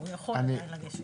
הוא עדיין יכול לגשת.